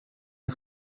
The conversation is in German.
ihn